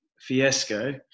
fiasco